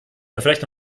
vielleicht